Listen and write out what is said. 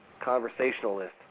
conversationalist